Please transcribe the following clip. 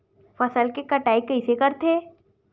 फसल के कटाई कइसे करथे?